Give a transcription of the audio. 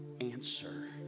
answer